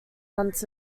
months